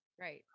Right